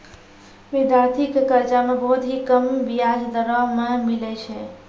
विद्यार्थी के कर्जा मे बहुत ही कम बियाज दरों मे मिलै छै